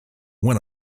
one